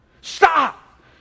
Stop